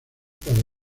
para